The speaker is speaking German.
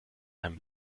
einem